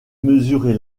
mesurer